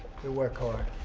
work hard.